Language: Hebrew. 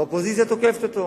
והאופוזיציה תוקפת אותו.